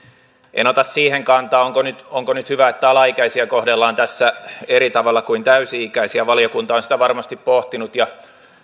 en ota kantaa siihen onko nyt hyvä että alaikäisiä kohdellaan tässä eri tavalla kuin täysi ikäisiä valiokunta on sitä varmasti pohtinut ja